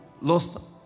lost